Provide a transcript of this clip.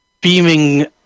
beaming